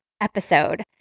episode